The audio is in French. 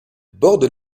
borde